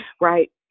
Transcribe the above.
Right